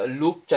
loop